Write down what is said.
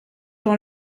dans